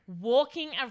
walking